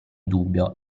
dubbio